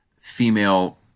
female